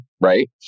right